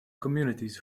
communities